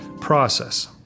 process